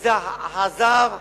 וזה חזר,